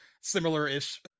similar-ish